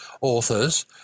authors